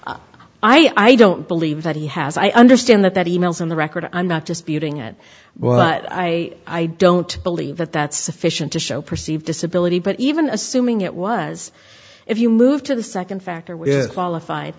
though i don't believe that he has i understand that that e mails on the record i'm not disputing it but i don't believe that that's sufficient to show perceived disability but even assuming it was if you move to the second factor which qualified